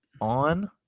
on